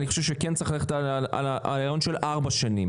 אני חושב שכן צריך ללכת על הרעיון של ארבע שנים